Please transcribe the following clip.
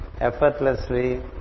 effortlessly